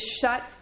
shut